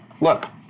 Look